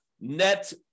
net